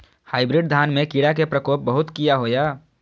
Hybrid धान में कीरा के प्रकोप बहुत किया होया?